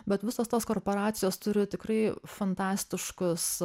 bet visos tos korporacijos turi tikrai fantastiškus